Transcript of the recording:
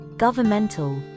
governmental